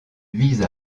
vise